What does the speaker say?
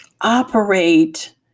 operate